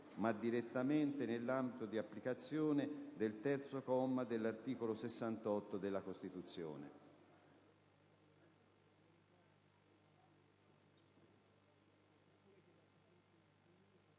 ma direttamente nell'ambito di applicazione del terzo comma dell'articolo 68 della Costituzione.